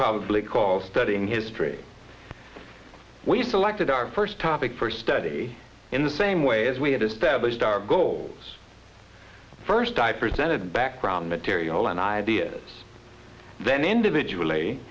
probably call studying history we've selected our first topic for study in the same way as we had established our goals first i presented background material and ideas then individually